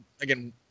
again